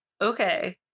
okay